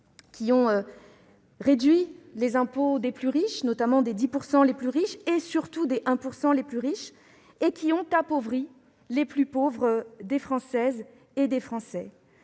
a réduit les impôts des plus riches, notamment des 10 % les plus riches et, surtout, des 1 % les plus riches, tout en appauvrissant les plus pauvres des Françaises et des Français.